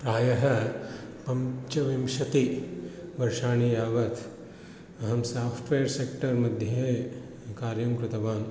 प्रायः पञ्चविंशतिवर्षाणि यावत् अहं साफ़्ट्वेर् सेक्टर्मध्ये कार्यं कृतवान्